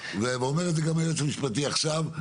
ואומר את זה גם היועץ המשפטי עכשיו.